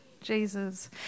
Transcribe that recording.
Jesus